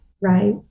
right